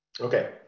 Okay